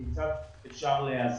כיצד אפשר להיעזר.